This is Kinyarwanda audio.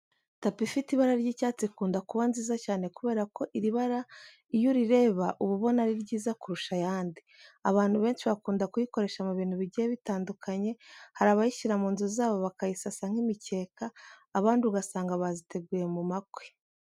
Tapi ifite ibara ry'icyatsi ikunda kuba nziza cyane kubera ko iri bara iyo urireba uba ubona ari ryiza kurusha ayandi. Abantu benshi bakunda kuyikoresha mu bintu bigiye bitandukanye, hari abayishyira mu nzu zabo bakayisasa nk'imikeka, abandi ugasanga baziteguye mu makwe.